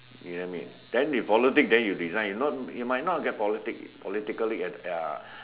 you know what I mean then if politic then you resign you might not get politic politically at ya